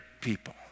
people